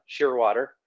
Shearwater